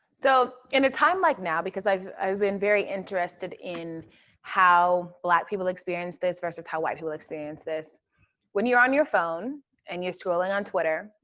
so in a time like now because i've, i've been very interested in how black people experience this versus how white people experience this when you're on your phone and you're scrolling on twitter,